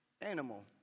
animal